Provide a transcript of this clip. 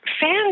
fans